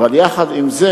אבל יחד עם זה,